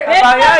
אני באמצע